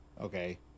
okay